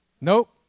Nope